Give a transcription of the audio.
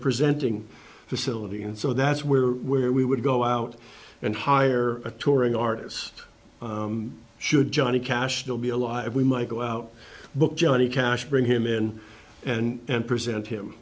presenting facility and so that's where where we would go out and hire a touring artist should johnny cash still be alive we might go out book johnny cash bring him in and present him